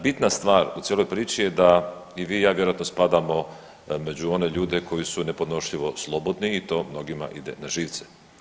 Bitna stvar u cijeloj priči je da i vi i ja vjerojatno spadamo među one ljude koji su nepodnošljivo slobodni i to mnogima ide na živce.